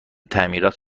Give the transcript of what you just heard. تعمیرات